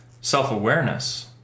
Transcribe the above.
self-awareness